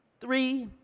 three,